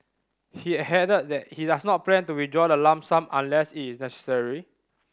he ahead that he does not plan to withdraw the lump sum unless it is necessary